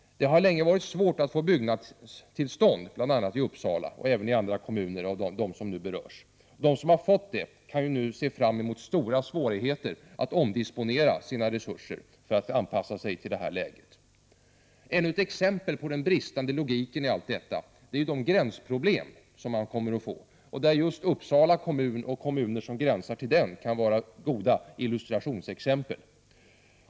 Det har länge varit svårt att få byggnadstillstånd bl.a. i Uppsala, och även i andra kommuner som nu berörs. De som har fått det kan se fram mot stora svårigheter med att omdisponera sina resurser för att anpassa sig till det nya läget. Ännu ett exempel på den bristande logiken i detta är de gränsproblem som man kommer att få och där just Uppsala kommun och kommuner som gränsar till den kan vara goda illustrationsexempel.